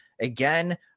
Again